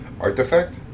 artifact